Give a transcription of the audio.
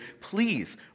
please